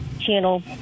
channel